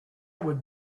would